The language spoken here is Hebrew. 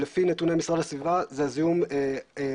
שלפי נתוני משרד הסביבה זה הזיהום התחברותי